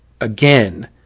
again